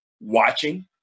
watching